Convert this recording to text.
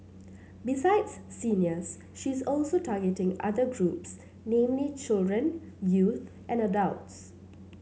besides seniors she is also targeting other groups namely children youth and adults